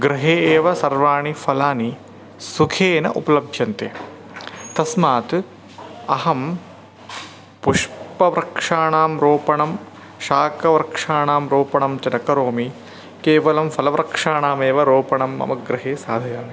गृहे एव सर्वाणि फलानि सुखेन उपलभ्यन्ते तस्मात् अहं पुष्पवृक्षाणां रोपणं शाकवृक्षाणां रोपणं च न करोमि केवलं फलवृक्षाणामेव रोपणं मम गृहे साधयामि